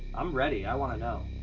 i'm ready. i want to know.